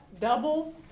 double